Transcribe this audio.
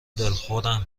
دلخورم